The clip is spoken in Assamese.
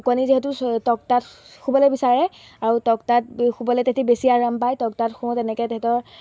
শুকনি যিহেতু ট টকতাত শুবলৈ বিচাৰে আৰু টকতাত শুবলৈ তাহাঁতে বেছি আৰাম পায় টকতাত শুৱাওঁ তেনেকৈ তাহাঁতৰ